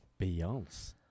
Beyonce